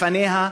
לפניה,